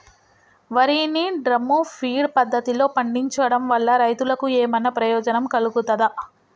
వరి ని drum feed పద్ధతిలో పండించడం వల్ల రైతులకు ఏమన్నా ప్రయోజనం కలుగుతదా?